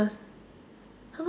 how long